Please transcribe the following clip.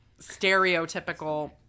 stereotypical